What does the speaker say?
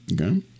Okay